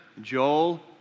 Joel